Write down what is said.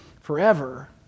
forever